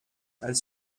als